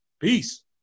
Peace